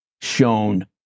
shown